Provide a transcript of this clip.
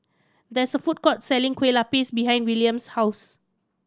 there is a food court selling Kueh Lupis behind Wiliam's house